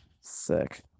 sick